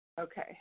Okay